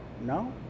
No